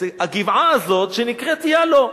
הגבעה הזאת שנקראת יאלו,